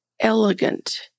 elegant